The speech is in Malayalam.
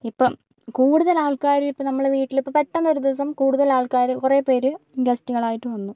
ഇപ്പം കൂടുതൽ ആൾക്കാരും ഇപ്പം നമ്മളെ വീട്ടിൽ ഇപ്പം പെട്ടെന്ന് ഒരു ദിവസം കൂടുതൽ ആൾക്കാർ കുറേ പേർ ഗസ്റ്റുകളായിട്ടു വന്നു